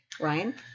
Ryan